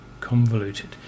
convoluted